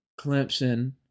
Clemson